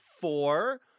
four